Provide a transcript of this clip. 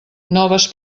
noves